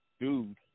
dude